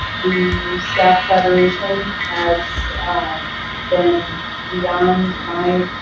the staff preparation has been beyond my,